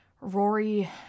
Rory